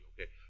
Okay